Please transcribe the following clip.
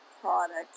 product